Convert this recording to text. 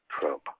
Trump